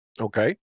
Okay